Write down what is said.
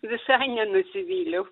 visa nenusivyliau